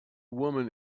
woman